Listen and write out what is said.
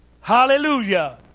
Hallelujah